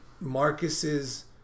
Marcus's